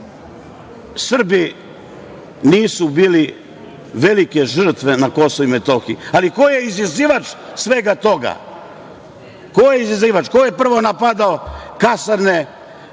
Srbi nisu bili velike žrtve na KiM, ali ko je izazivač svega toga? Ko je izazivač? Ko je prvo napadao kasarne,